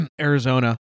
Arizona